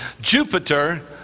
Jupiter